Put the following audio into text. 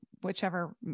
whichever